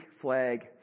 flag